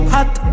Hot